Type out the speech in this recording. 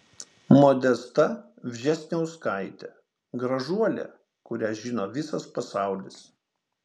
modesta vžesniauskaitė gražuolė kurią žino visas pasaulis